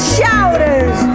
shouters